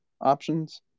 options